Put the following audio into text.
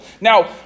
Now